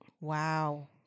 Wow